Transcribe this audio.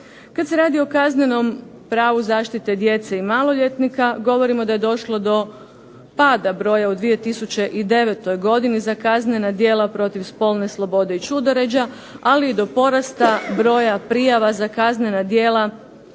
Kad se radi o kaznenom pravu zaštite djece i maloljetnika govorimo da je došlo do pada broja u 2009. godini za kaznena djela protiv spolne slobode i ćudoređa, ali i do porasta broja prijava za kaznena djela